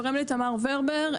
קוראים לי תמר וורבר,